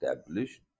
established